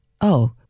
Oh